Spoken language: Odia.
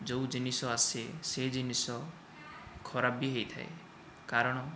ଯେଉଁ ଜିନିଷ ଆସେ ସେହି ଜିନିଷ ଖରାପ ବି ହୋଇଥାଏ କାରଣ